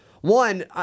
one